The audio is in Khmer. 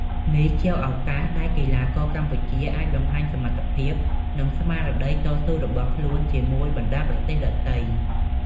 នេះជាឱកាសដែលកីឡាករកម្ពុជាអាចបង្ហាញសមត្ថភាព និងស្មារតីតស៊ូរបស់ខ្លួនជាមួយបណ្តាប្រទេសដទៃ។